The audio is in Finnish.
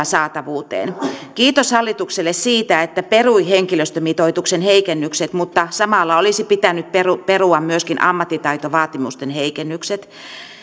saatavuuteen kiitos hallitukselle siitä että perui henkilöstömitoituksen heikennykset mutta samalla olisi pitänyt perua perua myös ammattitaitovaatimusten heikennykset